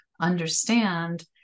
understand